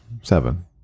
Seven